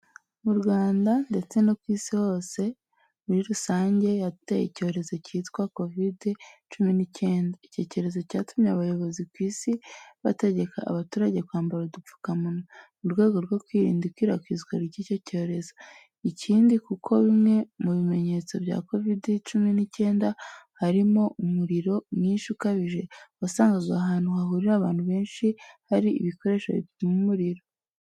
Mu Rwanda ndetse no ku Isi yose muri rusange hateye icyorezo cyitwa kovide cumi n'icyenda, icyo cyorezo cyatumye abayobozi ku Isi bategeka abaturage kwambara udupfukamunwa, mu rwego rwo kwirinda ikwirakwizwa ry'icyi cyorezo. Ikindi kuko bimwe mu bimenyetso bya kovide cumi n'icyenda harimo umuriro mwinshi ukabije, wasangaga ahantu hahurira abantu benshi, hari ibikoresho bipima umuriro.